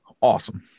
Awesome